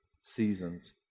seasons